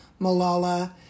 Malala